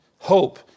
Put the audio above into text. Hope